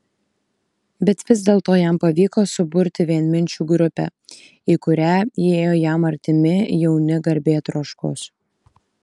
bet vis dėlto jam pavyko suburti vienminčių grupę į kurią įėjo jam artimi jauni garbėtroškos